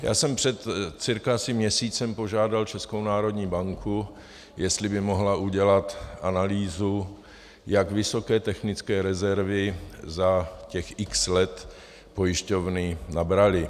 Já jsem před cca asi měsícem požádal Českou národní banku, jestli by mohla udělat analýzu, jak vysoké technické rezervy za těch x let pojišťovny nabraly.